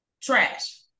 trash